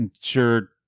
Sure